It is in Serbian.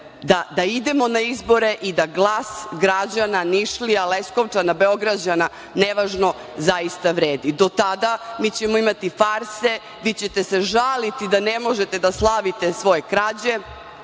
da idemo na izbore i da glas građana Nišlija, Leskovčana, Beograđana, zaista vredi. Do tada, mi ćemo imati farse, vi ćete se žaliti da ne možete da slavite svoje krađe,